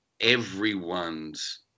everyone's